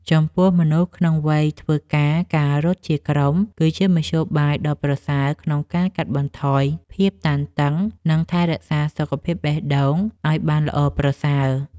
ចំពោះមនុស្សក្នុងវ័យធ្វើការ ការរត់ជាក្រុមគឺជាមធ្យោបាយដ៏ប្រសើរក្នុងការកាត់បន្ថយភាពតានតឹង និងថែរក្សាសុខភាពបេះដូងឱ្យបានល្អប្រសើរ។